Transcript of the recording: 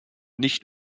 nicht